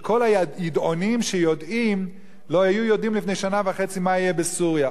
שכל הידעונים שיודעים לא היו יודעים לפני שנה וחצי מה יהיה בסוריה.